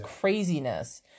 craziness